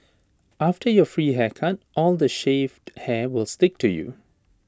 after your free haircut all the shaved hair will stick to you